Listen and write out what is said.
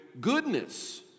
goodness